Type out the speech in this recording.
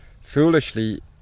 foolishly